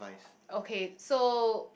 okay so